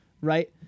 right